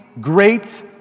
great